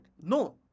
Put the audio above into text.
No